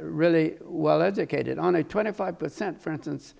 really well educated on a twenty five percent for instance